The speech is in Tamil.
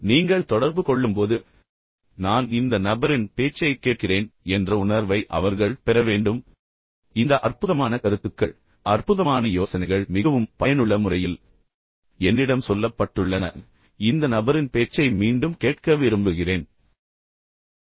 நீங்கள் தொடர்பு கொள்ளும்போது நான் இந்த நபரின் பேச்சைக் கேட்கிறேன் என்ற உணர்வை அவர்கள் பெற வேண்டும் மேலும் இந்த அற்புதமான கருத்துக்கள் அற்புதமான யோசனைகள் மிகவும் பயனுள்ள முறையில் என்னிடம் சொல்லப்பட்டுள்ளன நான் அதை நினைவில் கொள்ள முடியும் இந்த நபரின் பேச்சை மீண்டும் கேட்க விரும்புகிறேன் இது ஒரு பயனுள்ள அனுபவமாக இருக்க வேண்டும்